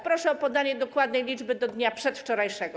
Proszę o podanie dokładnej liczby do dnia przedwczorajszego.